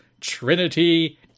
Trinity